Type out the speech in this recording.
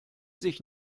sich